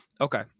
Okay